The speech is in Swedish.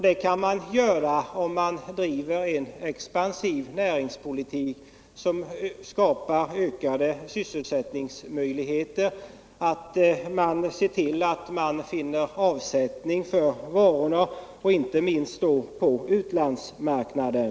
Det kan man göra, om man bedriver en expansiv näringspolitik som skapar ökade sysselsättningsmöjligheter och kan finna avsättning för varorna, inte minst då på utlandsmarknaden.